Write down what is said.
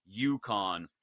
UConn